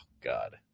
God